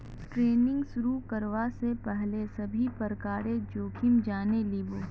trading शुरू करवा स पहल सभी प्रकारेर जोखिम जाने लिबो